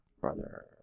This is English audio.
Brother